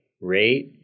rate